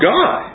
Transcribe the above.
God